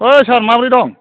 ओइ सार माब्रै दं